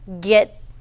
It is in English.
get